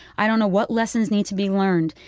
i don't know what lessons need to be learned.